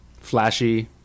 flashy